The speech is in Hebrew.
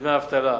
לדמי אבטלה.